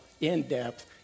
in-depth